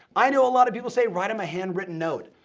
i know a lot of people say, write em a hand-written note.